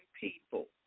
People